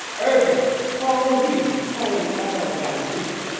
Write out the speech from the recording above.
urgent, calling you, calling all black people.